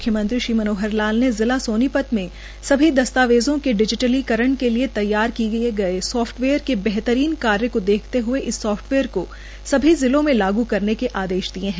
म्ख्यमंत्री श्री मनोहर लाल ने जिला सोनीपत में सभी दस्तावेजों के डिजिटलीकरण के लिए तैयार किए गए सॉफ्टवेयर के बेहतरीन कार्य को देखते हए इस साफ्टवेयर को सभी जिलों में लागू करने के आदेश दिये है